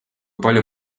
palju